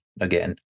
again